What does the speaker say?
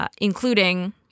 including